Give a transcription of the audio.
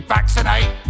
Vaccinate